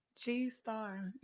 G-Star